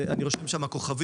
אני רושם על זה כוכבית,